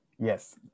yes